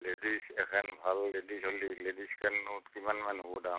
ladies এখান ভাল ladies হ'লে লেডিছ খনত কিমানমান হ'ব দাম